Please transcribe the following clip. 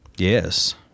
yes